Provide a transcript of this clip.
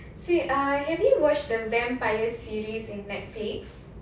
say uh have you watched the vampire series in Netflix